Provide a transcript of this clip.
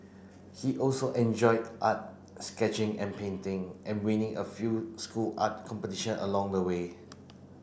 he also enjoyed art sketching and painting and winning a few school art competition along the way